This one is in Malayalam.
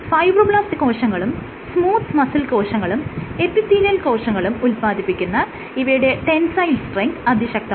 ഫൈബ്രോബ്ലാസ്റ് കോശങ്ങളും സ്മൂത്ത് മസിൽ കോശങ്ങളും എപ്പിത്തീലിയൽ കോശങ്ങളും ഉത്പാദിപ്പിക്കുന്ന ഇവയുടെ ടെൻസൈൽ സ്ട്രെങ്ത് അതിശക്തമാണ്